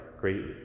great